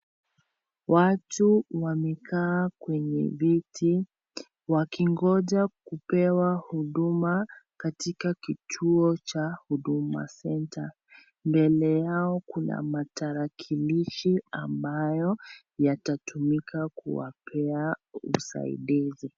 Watu wamekaa kwenye viti wakingoja kupewa huduma katika kituo cha Huduma Centre, mbele yao kuna matarakilishi ambayo yatatumika kuwapea usaidizi.